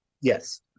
yes